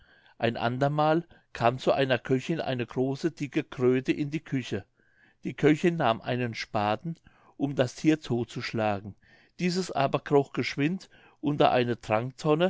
ein andermal kam zu einer köchin eine große dicke kröte in die küche die köchin nahm einen spaten um das thier todt zu schlagen dieses aber kroch geschwind unter eine